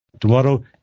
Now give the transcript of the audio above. Tomorrow